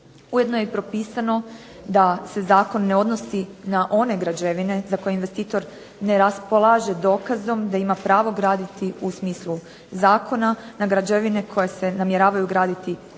Ujedno je i propisano da se zakon ne odnosi na one građevine za koje investitor ne raspolaže dokazom da ima pravo graditi u smislu zakona, na građevine koje se namjeravaju graditi u